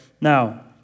Now